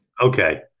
Okay